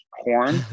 horn